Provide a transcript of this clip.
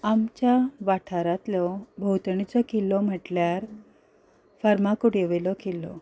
आमच्या वाठारांतलो भोंवतणेचो किल्लो म्हणल्यार फर्मागुडयेवयलो किल्लो